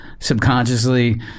subconsciously